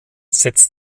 setzt